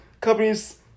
companies